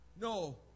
no